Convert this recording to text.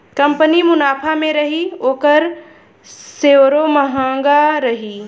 company मुनाफा मे रही ओकर सेअरो म्हंगा रही